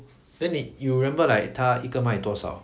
then 你 you remember like 他一个卖多少